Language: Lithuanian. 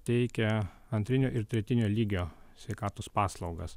teikia antrinio ir tretinio lygio sveikatos paslaugas